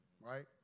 right